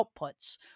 outputs